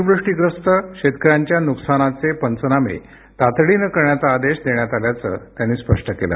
अतिवृष्टीग्रस्त शेतकऱ्यांच्या नुकसानीचे पंचनामे तातडीनं करण्याचा आदेश देण्यात आल्याचं त्यांनी स्पष्ट केलं